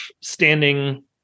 standing